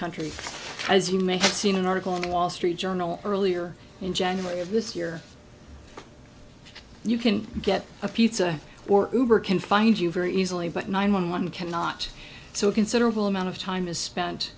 country as you may have seen an article in the wall street journal earlier in january of this year you can get a pizza or can find you very easily but nine one one cannot so a considerable amount of time is spent